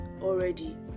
already